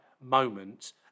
moment